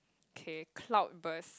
K cloudburst